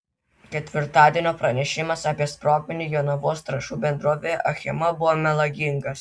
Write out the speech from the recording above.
ketvirtadienio pranešimas apie sprogmenį jonavos trąšų bendrovėje achema buvo melagingas